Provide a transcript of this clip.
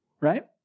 right